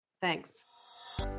Thanks